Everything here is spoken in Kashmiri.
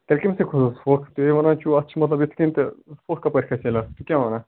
تیٚلہِ کمہِ سٍتۍ کھوٚتُس پھۅکھ تُہۍ ہے ونان چھِو اَتھ چھِ مطلب یِتھٕ کٔنۍ تہٕ پھۅکھ کَپٲرۍ کھسہِ تیٚلہِ اَتھ ژٕ کیٛاہ وَنان